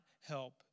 help